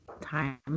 time